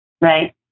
Right